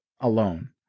alone